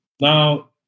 Now